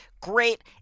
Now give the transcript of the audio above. great